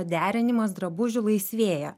derinimas drabužių laisvėja